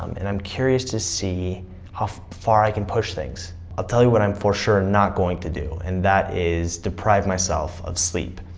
um and i'm curious to see how far i can push things i'll tell you what i'm for sure not going to do, and that is deprive myself of sleep.